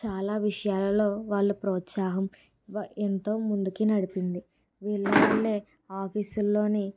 చాలా విషయాలల్లో వాళ్ళ ప్రోస్తాహం ఎంతో ముందుకి నడిపింది వీళ్లవల్లే ఆఫీస్ లోని